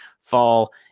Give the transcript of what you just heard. fall